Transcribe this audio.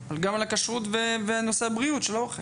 גם על הכשרות והנושא הבריאות של האוכל.